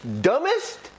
dumbest